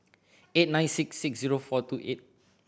eight nine six six zero four two eight